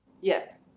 Yes